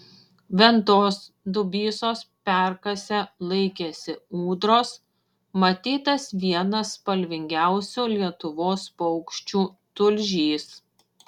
ventos dubysos perkase laikėsi ūdros matytas vienas spalvingiausių lietuvos paukščių tulžys